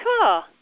cool